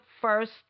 first